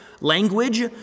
language